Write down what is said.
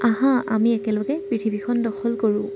আহা আমি একেলগে পৃথিৱীখন দখল কৰোঁ